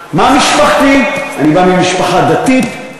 מה משפחתי, אני בא ממשפחה דתית,